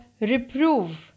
reprove